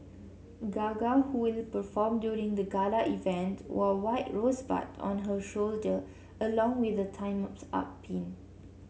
Gaga who will perform during the gala event wore white rosebuds on her shoulder along with a Time's Up pin